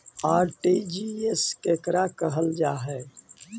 RTGS केकरा कहल जा है?